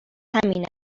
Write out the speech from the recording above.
همین